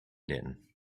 din